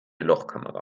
lochkamera